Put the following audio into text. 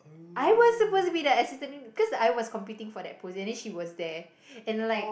I was suppose be that assistant because I was competing for that post then she was there and like